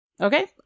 Okay